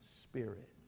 Spirit